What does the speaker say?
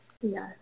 Yes